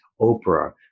Oprah